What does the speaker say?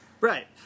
Right